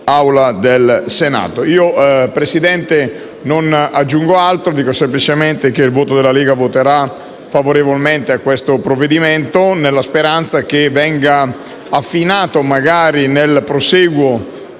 Presidente, non aggiungo altro e dico semplicemente che il Gruppo della Lega voterà favorevolmente sul provvedimento in esame, nella speranza che esso venga affinato, magari nel prosieguo